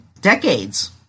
decades